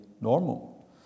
normal